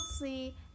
see